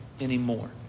anymore